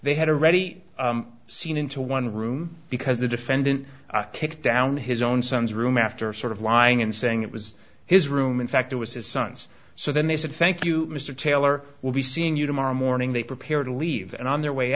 they had a ready scene into one room because the defendant kicked down his own son's room after sort of lying and saying it was his room in fact it was his son's so then they said thank you mr taylor we'll be seeing you tomorrow morning they prepare to leave and on their way